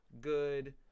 good